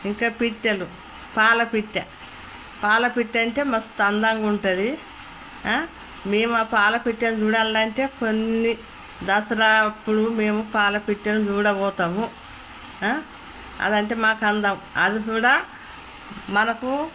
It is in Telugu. ఇంకా పిట్టలు పాలపిట్ట పాలపిట్ట అంటే మస్తు అందంగా ఉంటుంది మేము ఆ పాలపిట్టల్ను చూడాలంటే కొన్ని దసరా అప్పుడు మేము పాలపిట్టలు చూడబోతాము అదంటే మాకు అందం అది కూడా మనకు